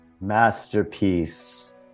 Masterpiece